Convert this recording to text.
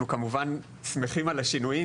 אנחנו כמובן שמחים על השינויים,